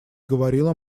говорила